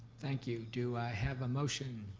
thank you. do i have a motion?